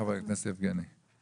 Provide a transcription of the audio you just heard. (הישיבה נפסקה בשעה 12:58 ונתחדשה בשעה 13:12.)